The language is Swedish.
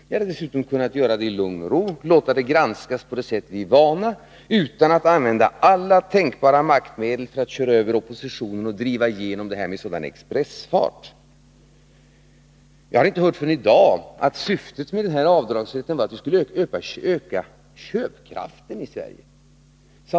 Ni hade dessutom kunnat genomföra det förslaget i lugn och ro och låta det granskas på det sätt vi är vana vid, utan att använda alla tänkbara maktmedel för att köra över oppositionen och driva igenom det här förslaget med sådan expressfart. Jag har inte hört förrän i dag att syftet med denna avdragsrätt var att öka köpkraften i Sverige.